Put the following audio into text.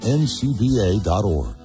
ncba.org